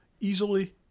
easily